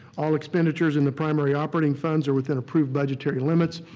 all expenditures in the primary operating funds are within approved budgetary limits.